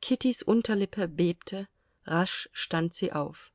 kittys unterlippe bebte rasch stand sie auf